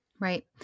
Right